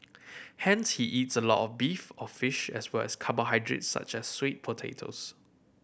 hence he eats a lot of beef or fish as well as carbohydrates such as sweet potatoes